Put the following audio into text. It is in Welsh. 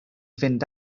fynd